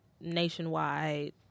nationwide